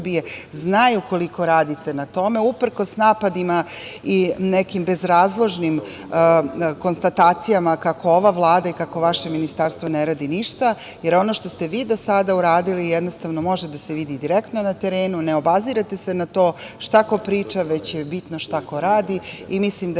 znaju koliko radite na tome uprkos napadima i nekim bezrazložnim konstatacijama kako ova Vlada i kako vaše Ministarstvo ne radi ništa. Ono što ste vi do sada uradili jednostavno može da se vidi direktno na terenu, ne obazirete se na to šta ko priča, već je bitno šta ko radi. Mislim da